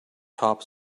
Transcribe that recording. top